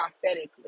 prophetically